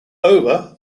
over